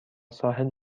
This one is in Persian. ساحل